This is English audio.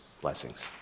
Blessings